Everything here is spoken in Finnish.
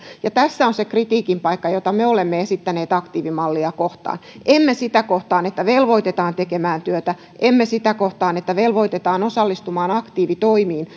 ja tässä on sen kritiikin paikka jota me olemme esittäneet aktiivimallia kohtaan emme sitä kohtaan että velvoitetaan tekemään työtä emme sitä kohtaan että velvoitetaan osallistumaan aktiivitoimiin